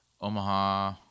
omaha